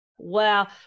wow